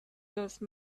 those